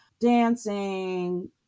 dancing